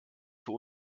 für